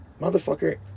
Motherfucker